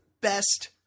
best